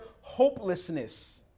hopelessness